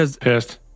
Pissed